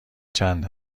چند